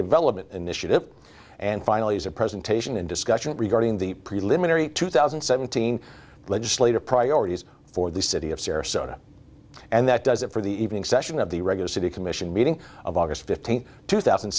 development initiative and finally as a presentation in discussion regarding the preliminary two thousand and seventeen legislative priorities for the city of sarasota and that does it for the evening session of the regular city commission meeting of august fifteenth two thousand